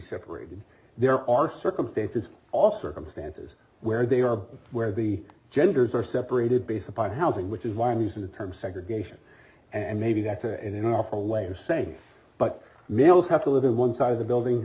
separated there are circumstances all circumstances where they are where the genders are separated based upon housing which is why i'm using the term segregation and maybe that's an awful way of saying but males have to live in one side of the building